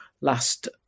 last